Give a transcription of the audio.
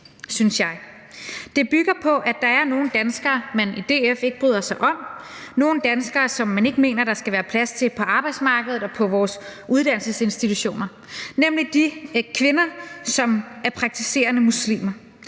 Det bygger på, at der er nogle danskere, man i DF ikke bryder sig om, nogle danskere, man ikke mener der skal være plads til på arbejdsmarkedet og på vores uddannelsesinstitutioner, nemlig de kvinder, som er praktiserende muslimer.